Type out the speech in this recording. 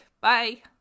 Bye